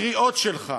הקריאות שלך,